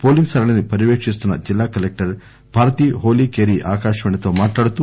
polling సరళిని పర్యవేశిస్తున్న జిల్లా కలెక్టర్ భారతి హోలి కేరి ఆకాశవాణి తో మాట్లాడుతూ